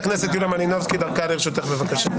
חברת הכנסת יוליה מלינובסקי, דקה לרשותך, בבקשה.